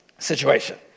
Situation